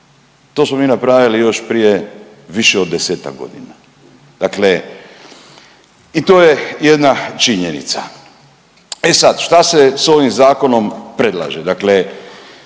To smo mi napravili još prije više od desetak godina. Dakle i to je jedna činjenica. E sad šta se sa ovim zakonom predlaže?